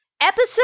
Episode